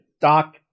Doc